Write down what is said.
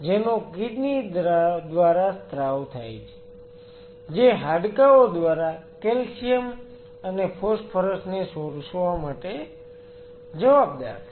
જેનો કિડની દ્વારા સ્ત્રાવ થાય છે જે હાડકાઓ દ્વારા કેલ્શિયમ અને ફોસ્ફરસ ને શોષવા માટે જવાબદાર છે